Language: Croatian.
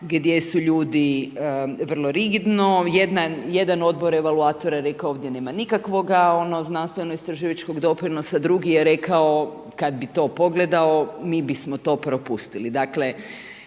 gdje su ljudi vrlo rigidno, jedan odbor evakuatora tu nema nikakvog znanstvenog istraživačkog doprinosa, drugi je rekao, kad bi to pogledao mi bismo to propustili. Dakle,